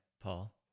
Paul